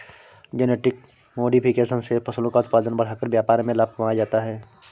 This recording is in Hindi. जेनेटिक मोडिफिकेशन से फसलों का उत्पादन बढ़ाकर व्यापार में लाभ कमाया जाता है